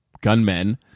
gunmen